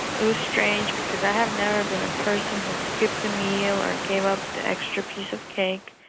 it was strange because i have never been a person who skipped a meal or gave up the extra piece of cake.